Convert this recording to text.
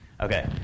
Okay